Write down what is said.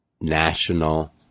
national